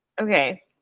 okay